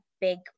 big